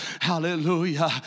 Hallelujah